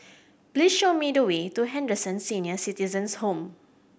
please show me the way to Henderson Senior Citizens' Home